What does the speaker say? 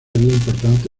importante